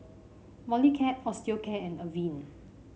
Molicare Osteocare and Avene